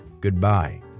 Goodbye